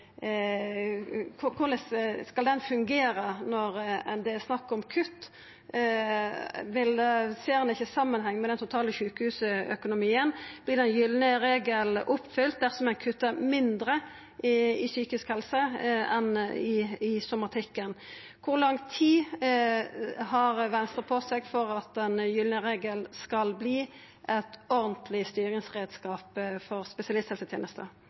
fungera når det er snakk om kutt? Ser ein ikkje samanhengen med den totale sjukehusøkonomien? Vert den gylne regelen oppfylt dersom ein kuttar mindre i psykisk helse enn i somatikken? Kor lang tid har Venstre på seg for at den gylne regelen skal verta ein ordentlig styringsreiskap for spesialisthelsetenesta?